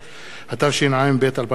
התשע"ב 2012,